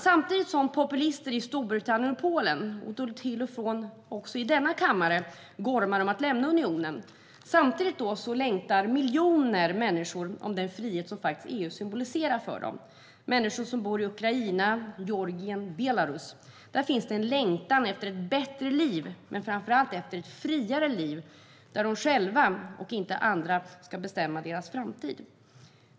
Samtidigt som populister i Storbritannien och Polen, och till och från även i denna kammare, gormar om att lämna unionen längtar miljoner människor efter den frihet EU symboliserar för dem. Det är människor som bor i Ukraina, Georgien och Belarus. Där finns det en längtan efter ett bättre liv och framför allt ett friare liv, där de själva - inte andra - bestämmer över sin framtid.